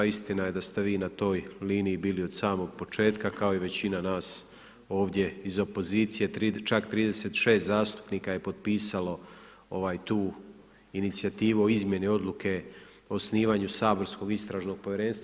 Istina je da ste vi na toj liniji bili od samog početka, kao i većina nas ovdje iz opozicije, čak 36 zastupnika je potpisalo ovaj tu inicijativu o izmjeni odluke o osnivanju saborskog istražnog povjerenstva.